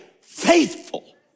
faithful